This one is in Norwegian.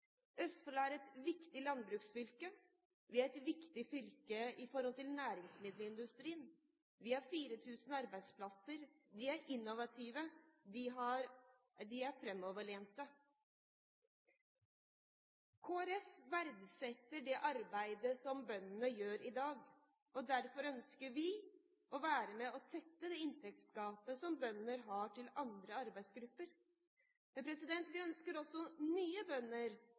Østfold er et viktig landbruksfylke. Vi er et viktig fylke for næringsmiddelindustrien. Vi har 4 000 arbeidsplasser. De er innovative. De er framoverlente. Kristelig Folkeparti verdsetter det arbeidet som bøndene gjør i dag. Derfor ønsker vi å være med på å tette det inntektsgapet som bønder har til andre arbeidsgrupper. Men vi ønsker også noen nye bønder